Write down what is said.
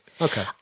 Okay